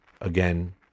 again